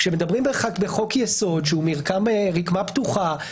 כשמדברים בחוק-יסוד שהוא רקמה פתוחה,